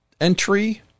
entry